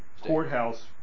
Courthouse